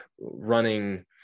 running